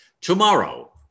Tomorrow